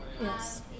Yes